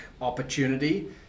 opportunity